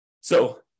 So-